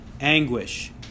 anguish